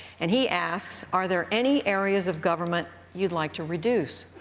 and he asks are there any areas of government you would like to reduce?